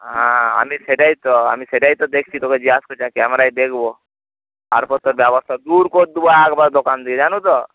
আমি সেটাই তো আমি সেটাই তো দেখছি তোকে জিজ্ঞেস করছি ক্যামেরায় দেখবো তারপর তোর ব্যবস্থা দূর করে দেবো একেবারে দোকান দিয়ে জানো তো